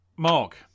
Mark